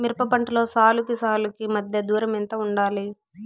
మిరప పంటలో సాలుకి సాలుకీ మధ్య దూరం ఎంత వుండాలి?